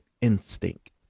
instinct